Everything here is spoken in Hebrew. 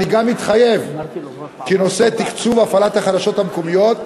אני גם מתחייב כי נושא תקצוב הפעלת החדשות המקומיות,